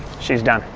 she's done.